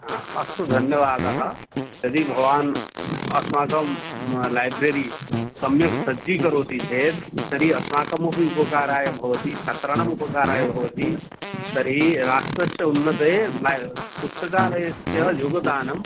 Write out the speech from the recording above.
हा अस्तु धन्यवादः यदि भवान् अस्माकं लैब्रेरी सम्यक् सज्जीकरोति चेत् तर्हि अस्माकमपि उपकाराय भवति छात्राणामुपकाराय भवति तर्हि राष्ट्रस्य उन्नतये लै पुस्तकालयस्य योगदानं